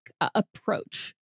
approach